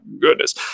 goodness